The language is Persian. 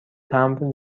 تمبر